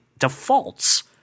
defaults